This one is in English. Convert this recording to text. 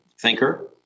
thinker